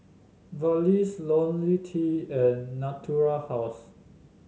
Vagisil LoniL T and Natura House